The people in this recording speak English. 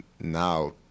Now